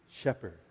Shepherd